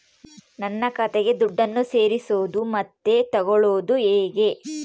ನನ್ನ ಖಾತೆಗೆ ದುಡ್ಡನ್ನು ಸೇರಿಸೋದು ಮತ್ತೆ ತಗೊಳ್ಳೋದು ಹೇಗೆ?